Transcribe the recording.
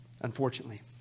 unfortunately